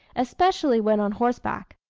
especially when on horseback.